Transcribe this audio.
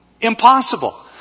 Impossible